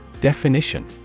Definition